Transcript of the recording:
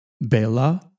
Bela